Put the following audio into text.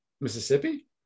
Mississippi